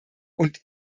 und